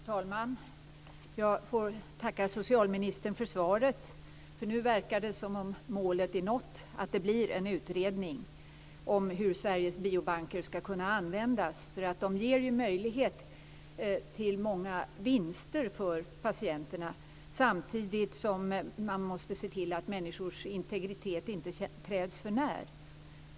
Fru talman! Jag får tacka socialministern för svaret. Nu verkar det som om målet är nått, att det blir en utredning om hur Sveriges biobanker skall kunna användas, för att de ger ju möjlighet till många vinster för patienterna, samtidigt som man måste se till att människors integritet inte träds förnär.